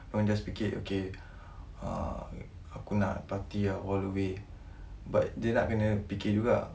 dorang just fikir okay uh aku nak party ah all the way but dia nak kena fikir juga